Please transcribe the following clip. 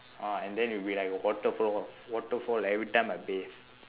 uh and then it will be like a waterfall waterfall every time I bathe